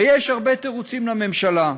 ויש הרבה תירוצים לממשלה: